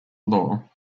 law